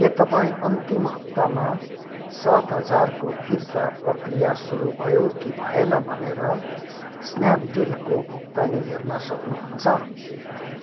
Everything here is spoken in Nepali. के तपाईँ अन्तिम हप्तामा सात हजारको फिर्ता प्रक्रिया सुरु भयो कि भएन भनेर स्न्यापडिलको भुक्तानी हेर्न सक्नुहुन्छ